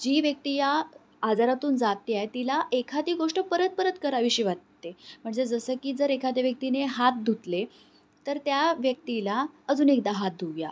जी व्यक्ती या आजारातून जाते आहे तिला एखादी गोष्ट परत परत करावीशी वाटते म्हणजे जसं की जर एखाद्या व्यक्तीने हात धुतले तर त्या व्यक्तीला अजून एकदा हात धुवुया